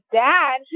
dad